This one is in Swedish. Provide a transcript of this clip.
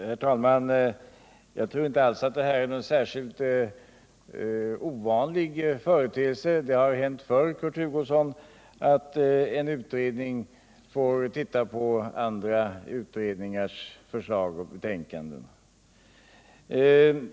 Herr talman! Jag tror inte alls att det här är någon särskilt ovanlig företeelse. Det har hänt förr, Kurt Hugosson, att en utredning får titta på andra utredningars förslag och betänkanden.